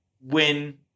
win